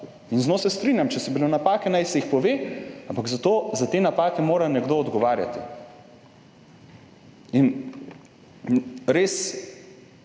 in z njo se strinjam, če so bile napake, naj se jih pove, ampak za to, za te napake mora nekdo odgovarjati in res